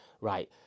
right